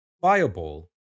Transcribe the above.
Fireball